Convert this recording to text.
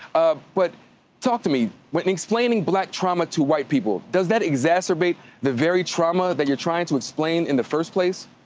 ah but talk to me. when explaining black trauma to white people, does that exacerbate the very trauma that you're trying to explain in the first place?